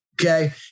Okay